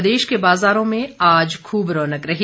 प्रदेश के बाजारों में आज खूब रौनक रही